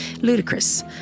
Ludicrous